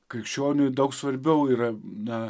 krikščioniui daug svarbiau yra na